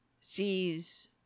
sees